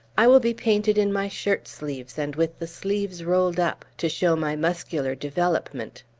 i will be painted in my shirtsleeves, and with the sleeves rolled up, to show my muscular development.